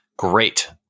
Great